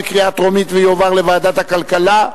לדיון מוקדם בוועדת הכלכלה נתקבלה.